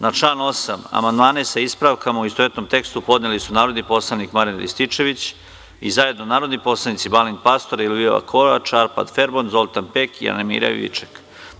Na član 8. amandmane, sa ispravkama, u istovetnom tekstu podneli su narodni poslanik Marijan Rističević i zajedno narodni poslanici Balint Pastor, Elvira Kovač, Arpad Femont, Zoltan Pek i Anamarija Viček.